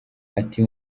ati